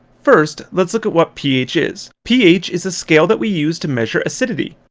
first let's look at what ph is. ph is a scale that we use to measure acidity.